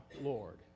Lord